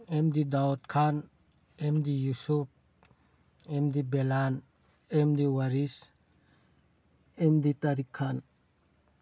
M ꯗꯤ ꯗꯥꯎꯋꯠ ꯈꯥꯟ ꯑꯦꯝ ꯗꯤ ꯌꯨꯁꯨꯞ ꯑꯦꯝ ꯗꯤ ꯕꯦꯂꯥꯟ ꯑꯦꯝ ꯗꯤ ꯋꯥꯔꯤꯁ ꯑꯦꯝ ꯗꯤ ꯇꯥꯔꯤꯛ ꯈꯥꯟ